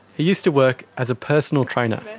he used to work as a personal trainer.